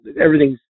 Everything's